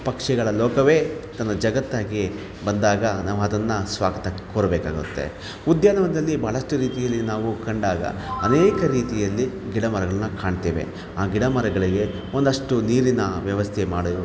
ಪಕ್ಷಿಗಳ ಲೋಕವೇ ತನ್ನ ಜಗತ್ತಾಗಿ ಬಂದಾಗ ನಾವದನ್ನು ಸ್ವಾಗತ ಕೋರಬೇಕಾಗುತ್ತೆ ಉದ್ಯಾನವನದಲ್ಲಿ ಭಾಳಷ್ಟು ರೀತಿಯಲ್ಲಿ ನಾವು ಕಂಡಾಗ ಅನೇಕ ರೀತಿಯಲ್ಲಿ ಗಿಡ ಮರಗಳನ್ನು ಕಾಣ್ತೇವೆ ಆ ಗಿಡ ಮರಗಳಿಗೆ ಒಂದಷ್ಟು ನೀರಿನ ವ್ಯವಸ್ಥೆ ಮಾಡೋ